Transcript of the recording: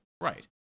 Right